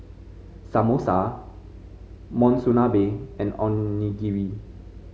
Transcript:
Samosa Monsunabe and Onigiri